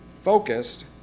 focused